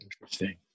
Interesting